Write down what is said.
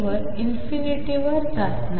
वर ∞ वर जात नाही